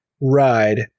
ride